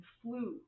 flew